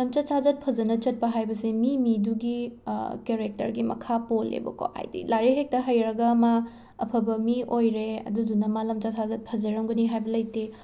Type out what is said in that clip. ꯂꯝꯆꯠ ꯁꯥꯖꯠ ꯐꯖꯅ ꯆꯠꯄ ꯍꯥꯏꯕꯁꯦ ꯃꯤ ꯃꯤꯗꯨꯒꯤ ꯀꯦꯔꯦꯛꯇꯔꯒꯤ ꯃꯈꯥ ꯄꯣꯜꯂꯦꯕꯀꯣ ꯍꯥꯏꯗꯤ ꯂꯥꯏꯔꯤꯛ ꯍꯦꯛꯇ ꯍꯩꯔꯒ ꯃꯥ ꯑꯐꯕ ꯃꯤ ꯑꯣꯏꯔꯦ ꯑꯗꯨꯗꯨꯅ ꯃꯥ ꯂꯝꯆꯠ ꯁꯥꯖꯠ ꯐꯖꯔꯝꯒꯅꯤ ꯍꯥꯏꯕ ꯂꯩꯇꯦ